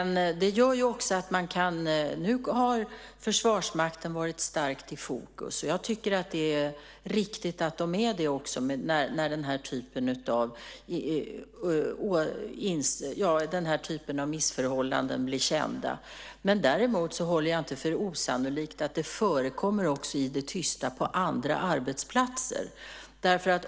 Nu har Försvarsmakten varit starkt i fokus, och jag tycker att det är riktigt att de är det också när den här typen av missförhållanden blir kända. Däremot håller jag det inte för osannolikt att det också förekommer i det tysta på andra arbetsplatser.